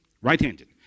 Right-handed